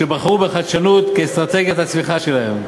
שבחרו בחדשנות כאסטרטגיית הצמיחה שלהן.